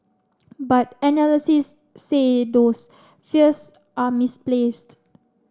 but analysts say those fears are misplaced